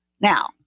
Now